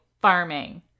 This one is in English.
farming